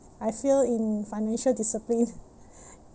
I fail in financial discipline